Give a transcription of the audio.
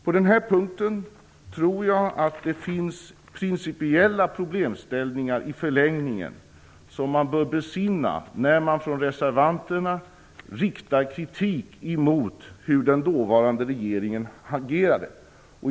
På den här punkten tror jag att det i förlängningen finns principiella problemställningar som man från reservanternas sida bör besinna när man riktar kritik mot den dåvarande regeringens agerade.